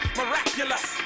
miraculous